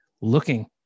looking